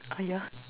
ah yeah